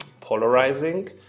polarizing